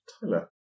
Tyler